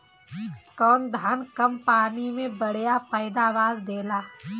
कौन धान कम पानी में बढ़या पैदावार देला?